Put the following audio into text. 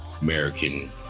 American